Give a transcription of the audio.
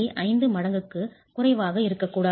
5 மடங்குக்கு குறைவாக இருக்கக்கூடாது